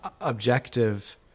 objective